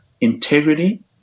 integrity